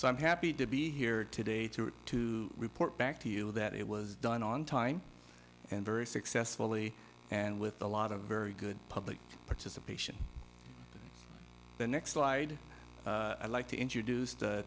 so i'm happy to be here today to to report back to you that it was done on time and very successfully and with a lot of very good public participation the next slide i'd like to introduce the